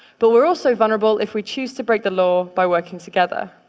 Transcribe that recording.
but we're also vulnerable if we choose to break the law by working together.